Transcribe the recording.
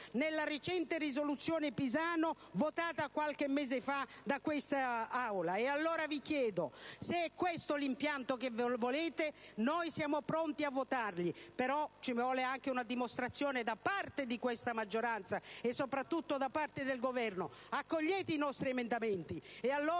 nella recente risoluzione Pisanu votata qualche mese fa in quest'Aula, noi ci stiamo. E allora, se è questo l'impianto che voi volete, siamo pronti a votarlo, ma ci vuole anche una dimostrazione da parte della maggioranza e, soprattutto, da parte del Governo: accogliete i nostri emendamenti,